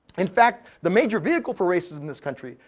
in fact, the major vehicle for racism in this country,